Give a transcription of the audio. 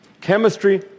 Chemistry